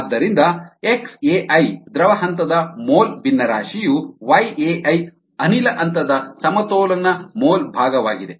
ಆದ್ದರಿಂದ xAi ದ್ರವ ಹಂತದ ಮೋಲ್ ಭಿನ್ನರಾಶಿಯು yAi ಅನಿಲ ಹಂತದ ಸಮತೋಲನ ಮೋಲ್ ಭಾಗವಾಗಿದೆ